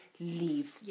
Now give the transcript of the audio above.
leave